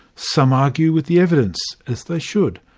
some argue with the evidence, as they should.